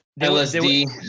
LSD